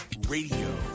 Radio